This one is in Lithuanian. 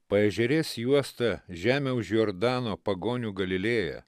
paežerės juosta žemę už jordano pagonių galilėja